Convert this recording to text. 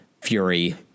Fury